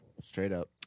Straight-up